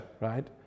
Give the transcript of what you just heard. right